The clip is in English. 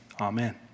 amen